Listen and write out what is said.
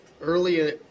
earlier